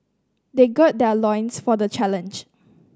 they gird their loins for the challenge